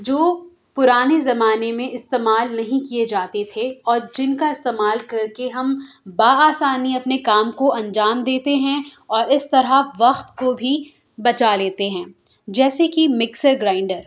جو پرانے زمانے میں استعمال نہیں کیے جاتے تھے اور جن کا استعمال کر کے ہم بآسانی اپنے کام کو انجام دیتے ہیں اور اس طرح وقت کو بھی بچا لیتے ہیں جیسے کہ مکسر گرائنڈر